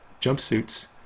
jumpsuits